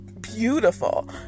beautiful